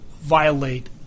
violate